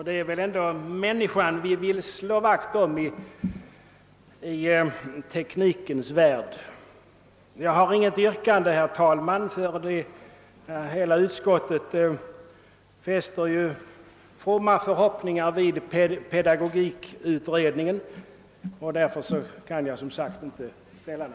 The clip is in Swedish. Det är väl ändå människan vi vill slå vakt om i teknikens värld. Herr talman! Ett enigt utskott fäster fromma förhoppningar vid pedagogikutredningen, och därför kan jag inte ställa något yrkande.